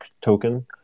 token